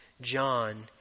John